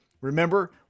remember